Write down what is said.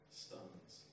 stones